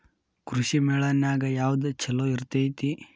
ಕೃಷಿಮೇಳ ನ್ಯಾಗ ಯಾವ್ದ ಛಲೋ ಇರ್ತೆತಿ?